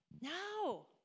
No